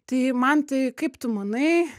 tai mantai kaip tu manai